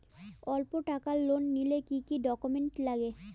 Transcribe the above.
অল্প টাকার লোন নিলে কি কি ডকুমেন্ট লাগে?